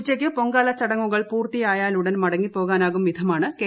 ഉച്ചക്ക് ്പൊങ്കാല ചടങ്ങുകൾ പൂർത്തിയായാലുടൻ മടങ്ങിപ്പോ്കാനാകും വിധമാണ് കെ